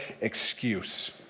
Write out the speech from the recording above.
excuse